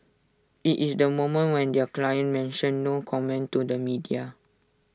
IT is the moment when their clients mention no comment to the media